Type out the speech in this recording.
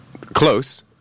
Close